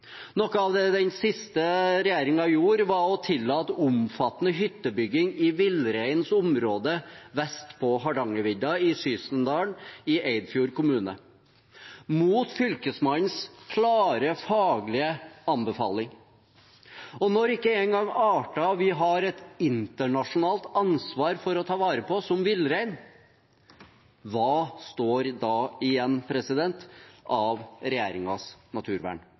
Noe av det siste regjeringen har gjort, er å tillate omfattende hyttebygging i villreinens område vest på Hardangervidda, i Sysendalen i Eidfjord kommune – mot Fylkesmannens klare, faglige anbefaling. Når vi ikke engang tar vare på arter vi har et internasjonalt ansvar for å ta vare på, som villrein – hva står da igjen av